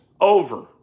over